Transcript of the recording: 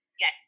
Yes